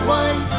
one